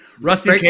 rusty